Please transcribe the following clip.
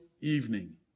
evening